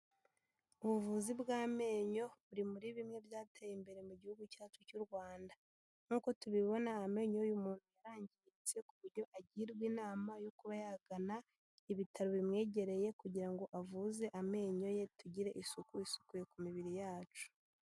Ubuvuzi bw'amenyo buri muri bimwe byateye imbere mu gihugu cyacu cy'u Rwanda, nk'uko tubibona amenyo yuy'umuntu yarangiritse ku buryo agirwa inama yo kuba yagana ibitaro bimwegereye, kugira ngo avuze amenyo ye, tugire isuku isukuye ku mibiri yacu.